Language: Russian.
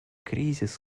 кризис